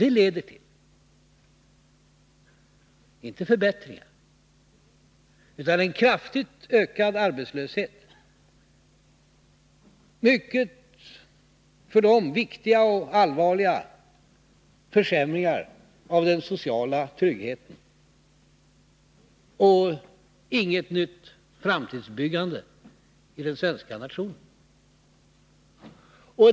Det leder inte till förbättringar, utan till en kraftigt ökad arbetslöshet, till för dem mycket viktiga och allvarliga försämringar av den sociala tryggheten och inget nytt framtidsbyggande i den svenska nationen.